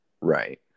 Right